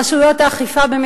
רשויות אכיפה,